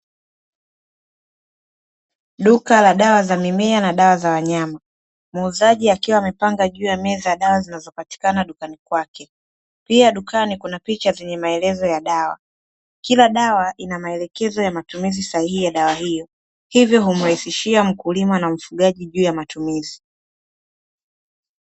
Duka la dawa za mimea na dawa za wanyama. Muuzaji akiwa amepanga juu ya meza dawa zinazopatikana dukani kwake. Pia dukani kuna picha zenye maelezo ya dawa. Kila dawa ina maelekezo ya matumizi sahihi ya dawa hiyo, hivyo humrahisishia mkulima na mfugaji juu ya matumizi.